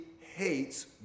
hates